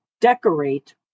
decorate